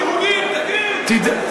תגיד מחבלים יהודים, תגיד.